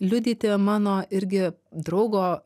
liudyti mano irgi draugo